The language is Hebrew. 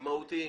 המהותיים.